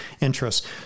interests